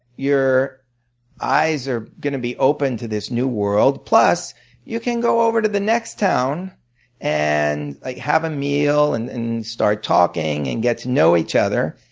your eyes are going to be open to this new world, plus you can go over to the next town and have a meal and and start talking and get to know each other.